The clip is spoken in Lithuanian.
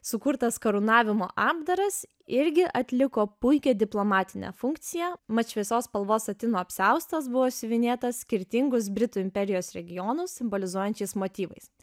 sukurtas karūnavimo apdaras irgi atliko puikią diplomatinę funkciją mat šviesios spalvos satino apsiaustas buvo siuvinėtas skirtingus britų imperijos regionus simbolizuojančiais motyvais